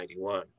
1991